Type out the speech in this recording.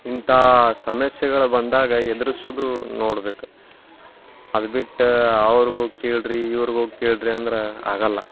ಇಂಥ ಸಮಸ್ಯೆಗಳು ಬಂದಾಗ ಎದ್ರಿಸುದೂ ನೋಡ್ಬೇಕು ಅದು ಬಿಟ್ಟು ಅವ್ರ್ಗೆ ಹೋಗಿ ಕೇಳಿರಿ ಇವ್ರ್ಗೆ ಹೋಗಿ ಕೇಳಿರಿ ಅಂದ್ರೆ ಆಗೋಲ್ಲ